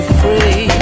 free